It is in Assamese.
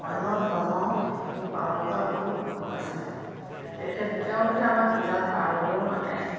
অন্য ধৰ্ম পালন কৰা বহুত লোক আছে তেখেত তেওঁলোকে আমাক পূজা পাৰ্বণলৈ মাতে